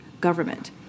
government